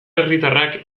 herritarrak